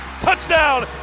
touchdown